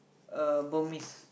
uh Burmese